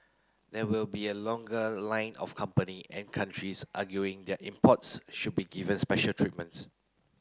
there will be a longer line of company and countries arguing their imports should be given special treatments